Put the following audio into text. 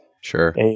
Sure